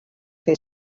his